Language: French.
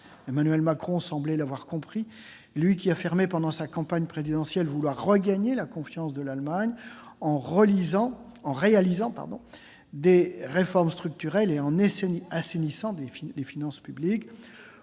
Emmanuel Macron semblait l'avoir compris, lui qui affirmait pendant sa campagne présidentielle vouloir « regagner la confiance de l'Allemagne » en réalisant des réformes structurelles et en assainissant les finances publiques.